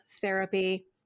therapy